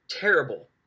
terrible